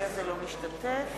בשמות חברי הכנסת)